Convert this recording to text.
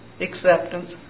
acceptance